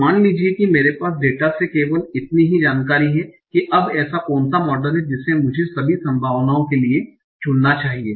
तो मान लीजिए कि मेरे पास डेटा से केवल इतनी ही जानकारी है कि अब ऐसा कौन सा मॉडल है जिसे मुझे सभी संभावनाओं के बीच चुनना चाहिए